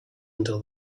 until